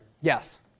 Yes